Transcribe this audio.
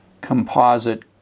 composite